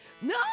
No